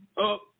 up